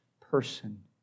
person